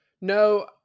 no